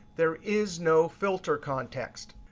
there is no filter context.